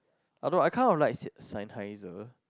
I don't know I kind of like S~ Sennheiser